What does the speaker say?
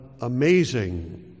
amazing